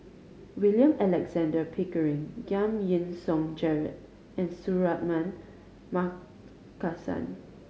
William Alexander Pickering Giam Yean Song Gerald and Suratman Markasan